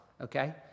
Okay